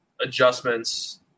adjustments